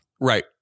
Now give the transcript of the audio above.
Right